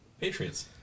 Patriots